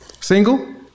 Single